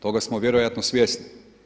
Toga smo vjerojatno svjesni.